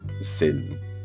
sin